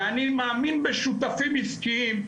ואני מאמין בשותפים עסקיים,